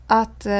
att